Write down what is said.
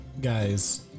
guys